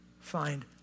find